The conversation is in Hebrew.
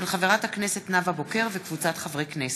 של חברת הכנסת נאוה בוקר וקבוצת חברי הכנסת.